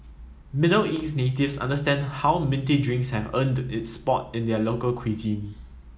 Middle East natives understand how minty drinks have earned its spot in their local cuisine